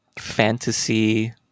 fantasy